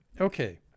Okay